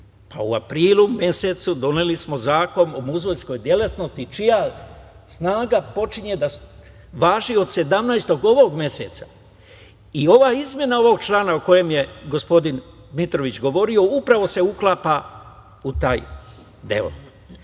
U aprilu mesecu doneli smo Zakon o muzejskoj delatnosti čija snaga počinje da važi od 17. ovog meseca. I izmena ovog člana o kojoj je gospodin Dmitrović govorio upravo se uklapa u taj deo.